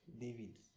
David